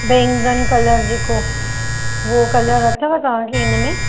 बेंगन कलर जेको उओ कलर अथव तव्हांखे हिनमें